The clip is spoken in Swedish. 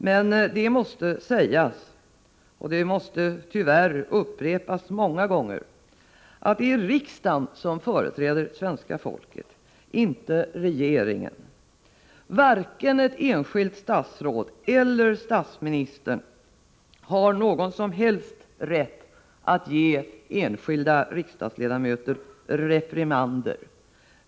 Men det måste sägas, och det måste tyvärr upprepas många gånger, att det är riksdagen som företräder svenska folket, inte regeringen. Varken ett enskilt statsråd eller statsministern har någon som helst rätt att ge enskilda riksdagsledamöter reprimander.